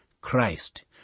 Christ